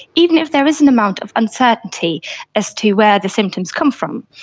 even if there is an amount of uncertainty as to where the symptoms come from.